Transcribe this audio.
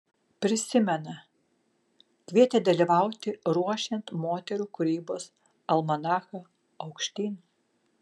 prisimena kvietė dalyvauti ruošiant moterų kūrybos almanachą aukštyn